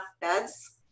beds